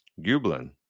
Gublin